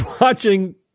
watching